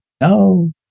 No